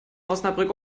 osnabrück